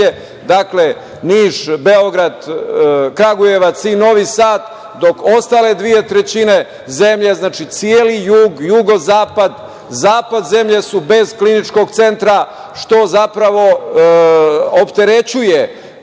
dakle, Niš, Beograd, Kragujevac i Novi Sad, dok ostale dve trećine zemlje, znači, celi jug, jugozapad, zapad zemlje su bez kliničkog centra, što zapravo opterećuje